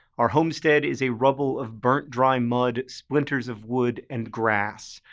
our homestead is a rubble of burnt dry mud, splinters of wood, and grass.